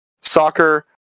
Soccer